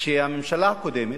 שהממשלה הקודמת,